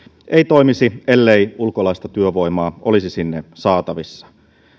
ei toimisi ellei ulkolaista työvoimaa olisi sinne saatavissa